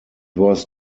was